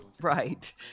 Right